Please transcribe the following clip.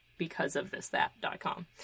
becauseofthisthat.com